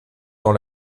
dans